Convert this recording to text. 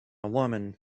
woman